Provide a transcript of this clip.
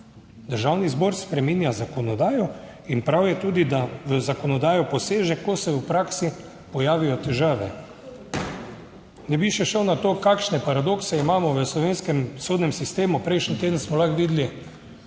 Državni zbor spreminja zakonodajo in prav je tudi, da v zakonodajo poseže, ko se v praksi pojavijo težave. Ne bi še šel na to, kakšne paradokse imamo v slovenskem sodnem sistemu. Prejšnji teden smo lahko videli